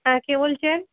হ্যাঁ কে বলছেন